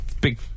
big